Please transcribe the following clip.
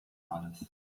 alles